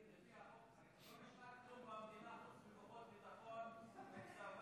לפי החוק לא נשאר כלום במדינה חוץ מכוחות ביטחון וצבא,